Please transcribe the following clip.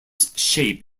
shape